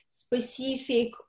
specific